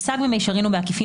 יש דוגמאות בחיי המעשה.